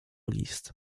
list